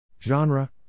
Genre